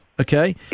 okay